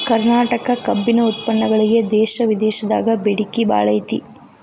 ಕರ್ನಾಟಕ ಕಬ್ಬಿನ ಉತ್ಪನ್ನಗಳಿಗೆ ದೇಶ ವಿದೇಶದಾಗ ಬೇಡಿಕೆ ಬಾಳೈತಿ